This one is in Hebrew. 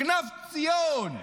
כנף ציון --- ורעייתו.